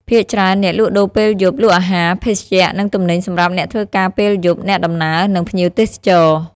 ភាគច្រើន អ្នកលក់ដូរពេលយប់ លក់អាហារ ភេសជ្ជៈ និងទំនិញសម្រាប់អ្នកធ្វើការពេលយប់ អ្នកដំណើរ និងភ្ញៀវទេសចរ។